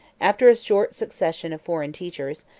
after a short succession of foreign teachers,